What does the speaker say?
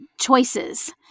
choices